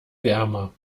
wärmer